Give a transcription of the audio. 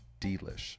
delish